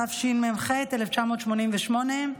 התשמ"ח 1988,